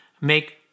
make